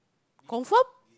confirm